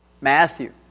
Matthew